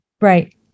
Right